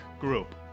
group